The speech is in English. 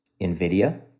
NVIDIA